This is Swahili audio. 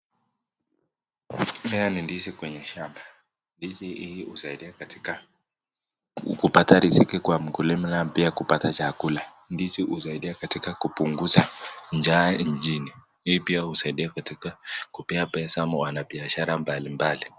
Mmea ni ndizi kwenye shamba. Ndizi hii husaidia katika kupata riziki kwa mkulima na pia kupata chakula. Ndizi husaidia katika kupunguza njaa nchini. Hii pia husaidia katika kupea pesa ama wanabiashara mbalimbali.